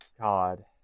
God